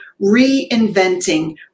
reinventing